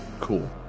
Cool